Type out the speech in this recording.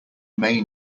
may